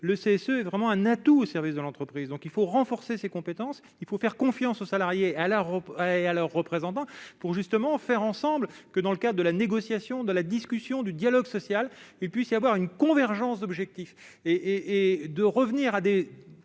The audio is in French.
le CSE est vraiment un atout au service de l'entreprise, donc il faut renforcer ses compétences, il faut faire confiance aux salariés à la Europe et à leurs représentants pour justement faire ensemble que dans le cas de la négociation de la discussion du dialogue social et puis c'est avoir une convergence d'objectifs et et de revenir à des